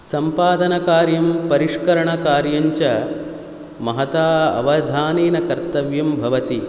सम्पादनकार्यं परिष्करणकार्यञ्च महता अवधानेन कर्तव्यं भवति